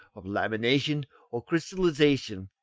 of lamination or crystallisation,